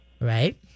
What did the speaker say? Right